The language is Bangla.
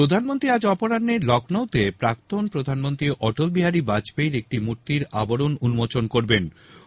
প্রধানমন্ত্রী আজ অপরাহ্নে লক্ষ্ণৌতে প্রাক্তন প্রধানমন্ত্রী অটলবিহারী বাজপেয়ীর একটি মূর্তির আবরণ উন্মোচন কোরবেন